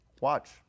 watch